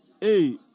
Hey